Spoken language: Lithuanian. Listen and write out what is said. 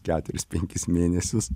keturis penkis mėnesius